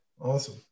awesome